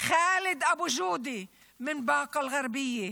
ח'אלד אבו ג'ודה מבאקה אל-גרבייה,